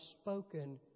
spoken